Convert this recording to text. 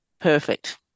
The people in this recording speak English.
perfect